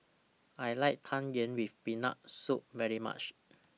I like Tang Yuen with Peanut Soup very much